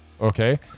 Okay